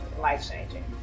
life-changing